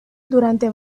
durante